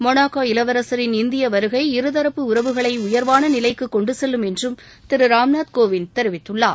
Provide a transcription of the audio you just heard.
Monaco இளவரசரின் இந்திய வருகை இருதரப்பு உறவுகளை உயர்வான நிலைக்கு கொண்டுசெல்லும் என்றும் திரு ராம்நாத் கோவிந்த் தெரிவித்தார்